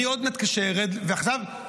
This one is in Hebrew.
אני לא רוצה לשפוט אותך עכשיו.